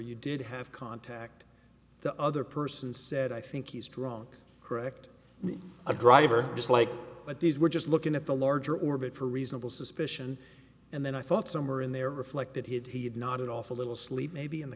you did have contact the other person said i think he's drunk correct a driver just like but these were just looking at the larger orbit for reasonable suspicion and then i thought some are in there reflect that he had nodded off a little sleep maybe in the